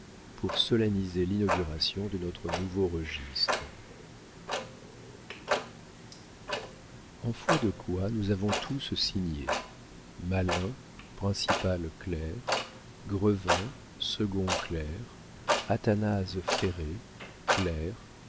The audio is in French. pour solenniser l'inauguration de nostre nouveau registre en foi de quoi nous avons tous signé malin principal clercq grevin second clercq athanase feret